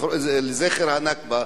לזכר הנכבה,